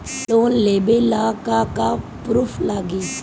Loan लेबे ला का का पुरुफ लागि?